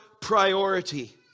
priority